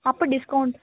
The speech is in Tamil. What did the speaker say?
அப்போ டிஸ்கௌண்ட்